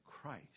Christ